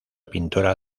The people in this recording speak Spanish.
pintora